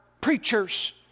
preachers